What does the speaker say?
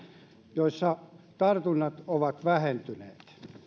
joissa tartunnat ovat vähentyneet